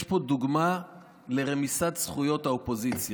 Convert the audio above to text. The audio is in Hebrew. יש פה דוגמה לרמיסת זכויות האופוזיציה.